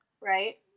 Right